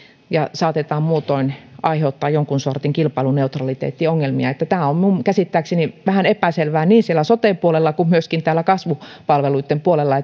saatetaan muutoin aiheuttaa jonkun sortin kilpailuneutraliteettiongelmia tämä on minun käsittääkseni vähän epäselvää niin siellä sote puolella kuin myöskin täällä kasvupalveluitten puolella